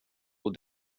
och